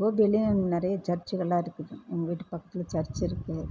கோபிலையும் நிறையா சர்ச்களாம் இருக்குது எங்க வீட்டு பக்கத்தில் சர்ச் இருக்குது